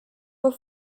were